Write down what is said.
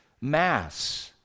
mass